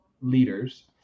leaders